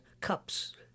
cups